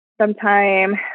sometime